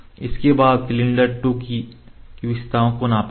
इसके बाद सिलेंडर 2 की विशेषताओं को नापी थी